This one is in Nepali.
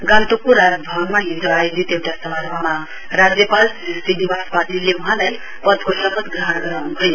गान्तोकको राजभवनमा हिजो आयोजित एउटा समारोहमा राज्यपाल श्री श्रीनिवास पाटिलले वहाँलाई पदको शपथ गराउनु भयो